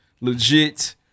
legit